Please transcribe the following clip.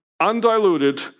undiluted